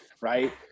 right